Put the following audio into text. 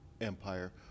empire